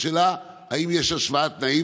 השאלה: האם יש השוואת תנאים?